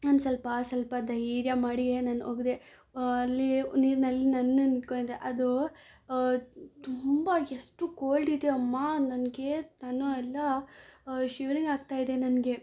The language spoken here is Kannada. ಒಂದು ಸ್ವಲ್ಪ ಸ್ವಲ್ಪ ಧೈರ್ಯ ಮಾಡಿಯೇ ನಾನು ಒಗ್ದೆ ಅಲ್ಲಿ ನೀರಿನಲ್ಲಿ ನಾನು ನಿಂತ್ಕೊಂಡಿದ್ದೆ ಅದು ತುಂಬ ಎಷ್ಟು ಕೋಲ್ಡಿದೆ ಅಮ್ಮಾ ನನಗೆ ನಾನು ಎಲ್ಲ ಶಿವರಿಂಗಾಗ್ತಾಯಿದೆ ನನಗೆ